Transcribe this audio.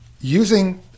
using